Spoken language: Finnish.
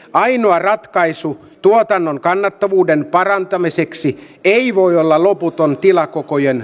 ainoa ratkaisu tuotannon kannattavuuden parantamiseksi ei voi olla loputon tilakokojen